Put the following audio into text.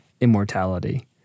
immortality